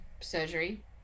surgery